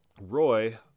Roy